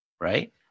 Right